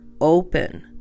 open